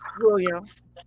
Williams